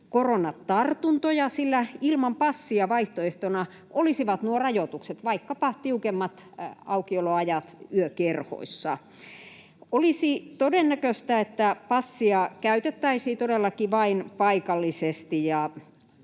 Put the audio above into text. koronatartuntoja, sillä ilman passia vaihtoehtona olisivat nuo rajoitukset, vaikkapa tiukemmat aukioloajat yökerhoissa. Olisi todennäköistä, että passia käytettäisiin todellakin vain paikallisesti